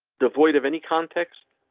devoid of any context,